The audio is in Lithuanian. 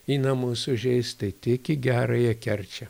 į namus užeis tai tik į gerąją kerčią